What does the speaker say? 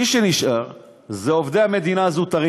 מי שנשאר זה עובדי המדינה הזוטרים,